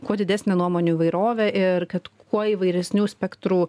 kuo didesnę nuomonių įvairovę ir kad kuo įvairesnių spektrų